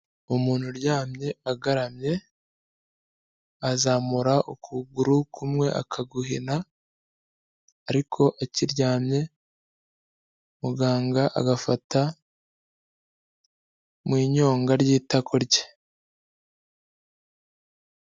Umuntu uryamye agaramye, azamura ukuguru kumwe akaguhina ariko akiryamye, muganga agafata mu nyonga ry'itako rye.